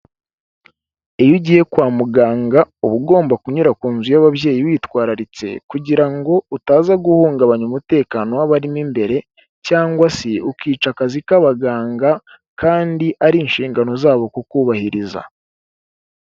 Iyo ugiye kwa muganga uba ugomba kunyura ku nzu y'ababyeyi witwararitse kugira ngo utaza guhungabanya umutekano w'abarimo imbere cyangwa se ukica akazi k'abaganga kandi ari inshingano zabo kukubahiriza.